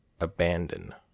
Abandon